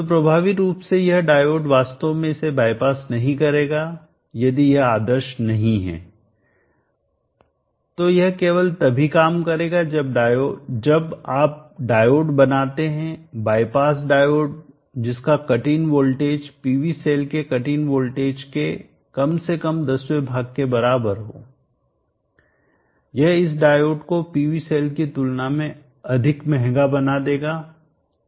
तो प्रभावी रूप से यह डायोड वास्तव में इसे बाईपास नहीं करेगा यदि यह आदर्श नहीं है तो यह केवल तभी काम करेगा जब आप डायोड बनाते हैं बायपास डायोड जिसका cut in voltage PV cell के कट इन वोल्टेज के कम से कम दसवें भाग के बराबर हो यह इस डायोड को PV सेल की तुलना में अधिक महंगा बना देगा